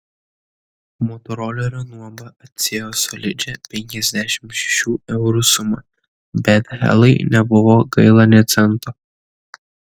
motorolerio nuoma atsiėjo solidžią penkiasdešimt šešių eurų sumą bet helai nebuvo gaila nė cento